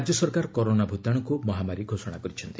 ରାଜ୍ୟ ସରକାର କରୋନା ଭୂତାଶୁକୁ ମହାମାରୀ ଘୋଷଣା କରିଛନ୍ତି